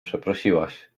przeprosiłaś